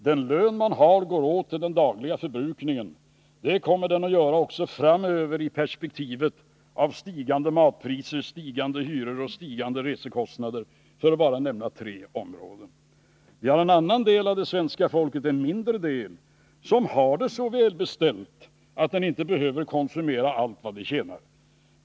Den lön man har går åt till den dagliga förbrukningen. Det kommer den att göra också framöver i perspektivet av stigande matpriser, stigande hyror och stigande resekostnader, för att bara nämna tre områden. En annan del av svenska folket, en mindre del, har det så väl beställt att de inte behöver konsumera allt vad de tjänar.